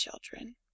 children